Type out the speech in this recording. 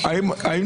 היושב-ראש,